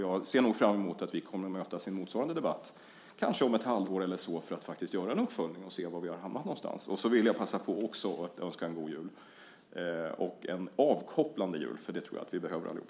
Jag ser fram emot att vi nog kommer att mötas i en motsvarande debatt, kanske om ett halvår eller så, för att faktiskt göra en uppföljning och se var vi har hamnat. Så vill jag också passa på att önska en god jul, och en avkopplande jul, för det tror jag att vi behöver allihop.